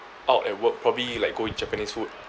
out at work probably like go eat japanese food